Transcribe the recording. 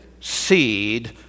seed